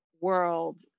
world